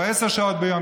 או עשר שעות ביום,